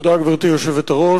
גברתי היושבת-ראש,